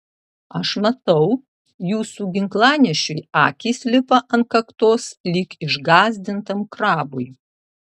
aš matau jūsų ginklanešiui akys lipa ant kaktos lyg išgąsdintam krabui